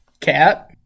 Cat